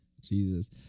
Jesus